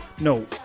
no